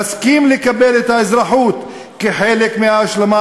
נסכים לקבל את האזרחות כחלק מההשלמה